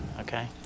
okay